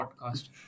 podcast